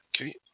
Okay